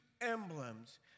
emblems